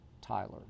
Tyler